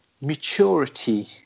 maturity